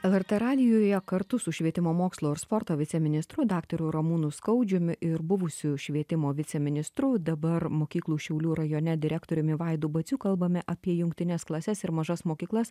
lrt radijuje kartu su švietimo mokslo ir sporto viceministru daktaru ramūnu skaudžiumi ir buvusiu švietimo viceministru dabar mokyklų šiaulių rajone direktoriumi vaidu baciu kalbame apie jungtines klases ir mažas mokyklas